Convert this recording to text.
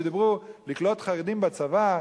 כשדיברו על לקלוט חרדים בצבא,